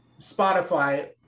Spotify